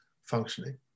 functioning